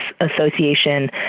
Association